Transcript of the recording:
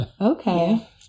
Okay